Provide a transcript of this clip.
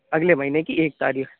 اگلے مہینے کی ایک تاریخ